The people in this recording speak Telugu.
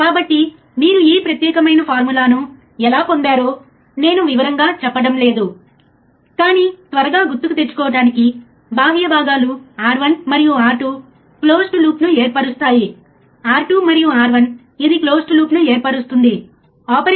కాబట్టి నేను ఇన్పుట్ ఆఫ్సెట్ వోల్టేజ్ను కొలవాలనుకుంటే ఇప్పుడు మీరు ఇక్కడ చూస్తే ఇవి uA741 మేము రెసిస్టర్లను ఉపయోగించాము సరే